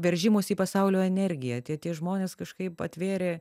veržimosi į pasaulio energiją tie tie žmonės kažkaip atvėrė